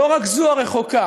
לא רק זו הרחוקה,